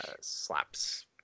slaps